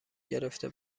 گرفته